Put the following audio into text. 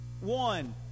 One